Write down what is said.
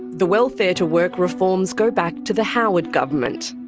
the welfare-to-work reforms go back to the howard government.